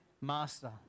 master